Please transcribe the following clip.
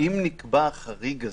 אם נקבע החריג הזה,